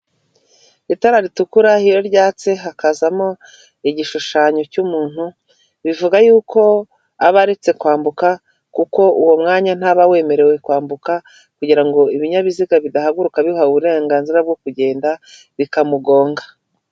Itara ritukura iyo ryatse hakazamo igishushanyo cy'umuntu, bivuga yuko aba aretse kwambuka kuko uwo mwanya ntaba wemerewe kwambuka, kugirango ibinyabiziga bidahaguruka bihawe uburenganzira bwo kugenda bikamugonga.